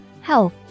health